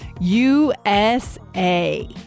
USA